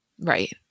Right